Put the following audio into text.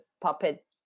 puppet